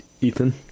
Ethan